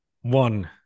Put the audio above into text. one